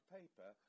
paper